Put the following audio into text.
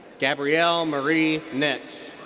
gabrielle marie nix.